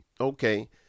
Okay